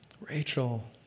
Rachel